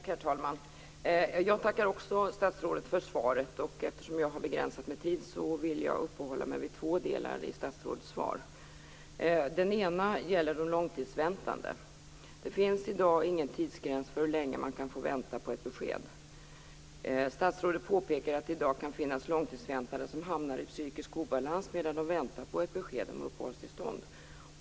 Herr talman! Jag tackar också statsrådet för svaret. Eftersom jag har begränsat med tid vill jag uppehålla mig vid två delar i statsrådets svar. Den ena gäller de långtidsväntande. Det finns i dag ingen tidsgräns för hur länge man kan få vänta på ett besked. Statsrådet påpekar att det i dag kan finnas långtidsväntande som hamnar i psykisk obalans medan de väntar på ett besked om uppehållstillstånd.